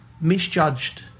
misjudged